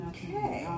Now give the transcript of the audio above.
Okay